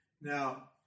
Now